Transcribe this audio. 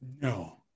No